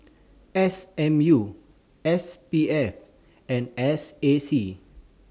S M U S P F and S A C